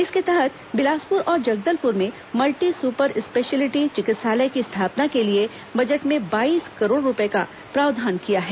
इसके तहत बिलासपुर और जगदलपुर में मल्टी सुपर स्पेशलियिटी चिकित्सालय की स्थापना के लिए बजट में बाईस करोड़ रूपये का प्रावधान किया है